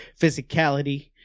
physicality